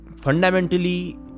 fundamentally